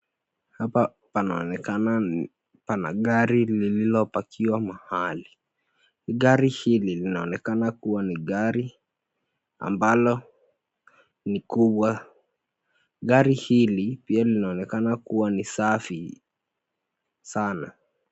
Hapa panaonekana pana gari lililopakiwa mahali. Gari hili linaonekana kuwa ni gari ambalo ni kubwa. Gari hili pia linaonekana kuwa ni safi sana.